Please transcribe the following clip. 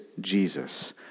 Jesus